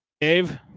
Dave